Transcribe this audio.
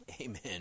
Amen